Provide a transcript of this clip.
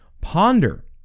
Ponder